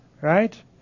Right